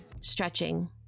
stretching